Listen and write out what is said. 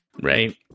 Right